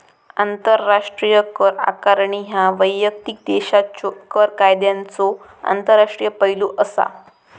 आंतरराष्ट्रीय कर आकारणी ह्या वैयक्तिक देशाच्यो कर कायद्यांचो आंतरराष्ट्रीय पैलू असा